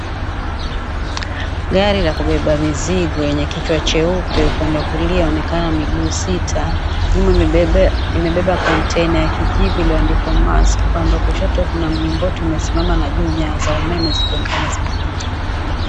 Gari la kubeba mizigo yenye kichwa cheupe, upande wa kulia unaonekana miguu sita. Nyuma imebeba kontena ya kijivu iliyoandikwa "MAERSK". Upande wa kushoto kuna mlingoti umesimama na juu nyaya za umeme zikionekana zimepita.